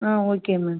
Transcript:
ah okay ma'am